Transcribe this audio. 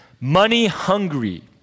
money-hungry